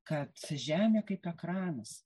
kad žemė kaip ekranas